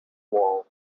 wall